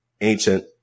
ancient